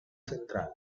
central